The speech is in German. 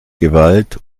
gewalt